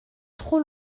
trop